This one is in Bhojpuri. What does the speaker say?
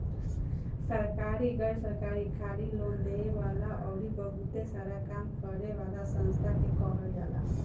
सरकारी, गैर सरकारी, खाली लोन देवे वाला अउरी बहुते सारा काम करे वाला संस्था के कहल जाला